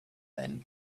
then